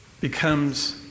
becomes